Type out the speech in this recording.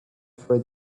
for